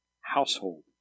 household